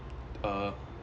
uh